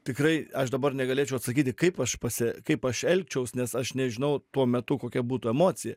tikrai aš dabar negalėčiau atsakyti kaip aš pasi kaip aš elgčiaus nes aš nežinau tuo metu kokia būtų emocija